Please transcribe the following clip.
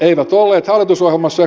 eivät olleet hallitusohjelmassa